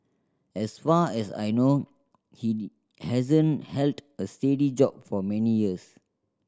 as far as I know he hasn't held a steady job for many years